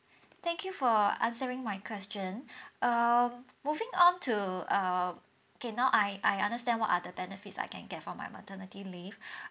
thank you for answering my question um moving on to um okay now I I understand what are the benefits I can get for my maternity leave